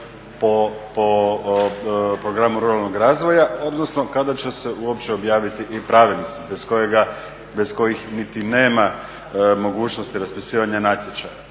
po programu ruralnog razvoja, odnosno kada će se uopće objaviti i pravilnici bez kojih niti nema mogućnosti raspisivanja natječaja.